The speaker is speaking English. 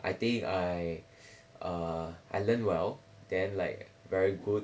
I think I uh I learned well then like very good